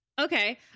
Okay